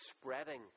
spreading